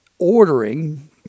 ordering